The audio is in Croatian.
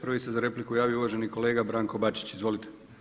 Prvi se za repliku javio uvaženi kolega Branko Bačić, izvolite.